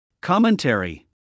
Commentary